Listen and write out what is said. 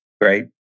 great